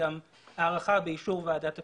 הארכה באישור ועדת הפנים.